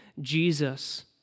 Jesus